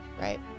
Right